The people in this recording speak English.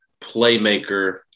playmaker